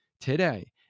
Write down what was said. today